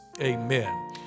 Amen